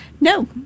No